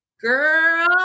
girl